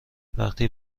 وقتی